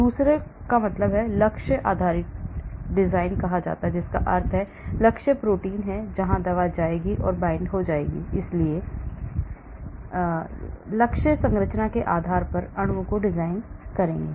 दूसरे को लक्ष्य आधारित डिजाइन कहा जाता है जिसका अर्थ है लक्ष्य प्रोटीन है जहां दवा जाएगी और बंध जाएगी इसलिए मैं लक्ष्य संरचना के आधार पर अणुओं को डिजाइन करूंगा